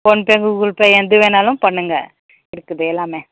phone பே Google Pay எது வேணாலும் பண்ணுங்கள் இருக்குது எல்லாமே